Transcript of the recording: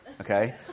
okay